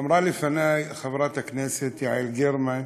אמרה לפני חברת הכנסת יעל גרמן,